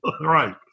Right